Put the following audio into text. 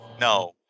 No